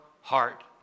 heart